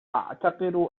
أعتقد